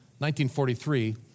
1943